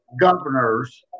governors